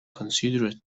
considered